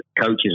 coaches